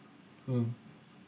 mm